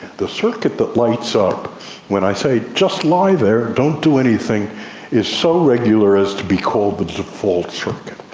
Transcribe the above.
the circuit that lights up when i say, just lie there, don't do anything is so regular as to be called the default circuit,